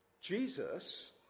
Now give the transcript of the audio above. Jesus